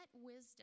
wisdom